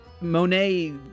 Monet